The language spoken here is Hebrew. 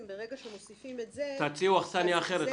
שמוסיפים את זה --- תציעו אכסניה אחרת.